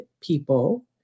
people